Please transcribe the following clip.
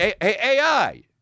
AI